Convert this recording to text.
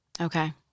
Okay